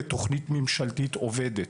לתוכנית ממשלתית עובדת.